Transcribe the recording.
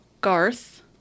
garth